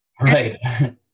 Right